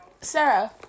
Sarah